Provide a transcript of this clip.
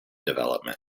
development